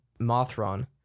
Mothron